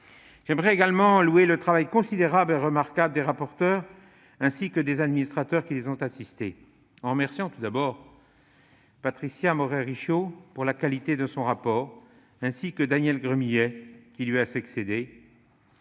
Je tiens également à louer le travail considérable et remarquable des rapporteurs, ainsi que des administrateurs qui les ont assistés. Je remercie d'abord Patricia Morhet-Richaud de la qualité de son rapport, ainsi que Daniel Gremillet, qui lui a succédé,